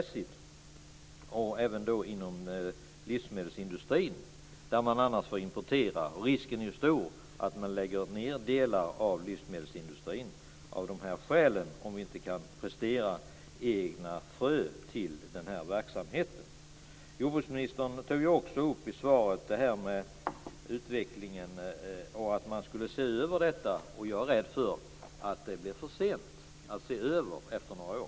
Det gäller även livsmedelsindustrin eftersom man annars får importera. Risken är ju stor att man lägger ned delar av livsmedelsindustrin om vi inte kan prestera egna frön till den här verksamheten. Jordbruksministern tog i svaret också upp detta med att man skulle se över utvecklingen. Jag är rädd att det blir för sent att se över den efter några år.